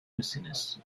misiniz